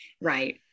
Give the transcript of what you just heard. Right